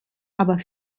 aber